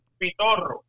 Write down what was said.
pitorro